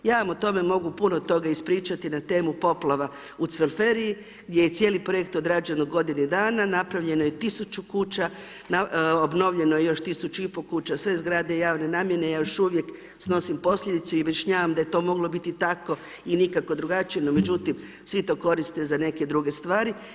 Ja vam o tome mogu puno toga ispričati na temu poplava u Cvelferiji gdje je cijeli projekt odrađen u godinu dana, napravljeno je tisuću kuća, obnovljeno je još tisuću i pol kuća, sve zgrade javne namjene, ja još uvijek snosim posljedicu i objašnjavam da je to moglo biti tako i nikako drugačije, međutim svi to koriste za neke druge stvari.